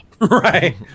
Right